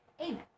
Amen